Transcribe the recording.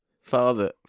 father